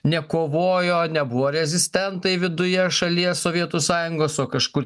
nekovojo nebuvo rezistentai viduje šalies sovietų sąjungos o kažkur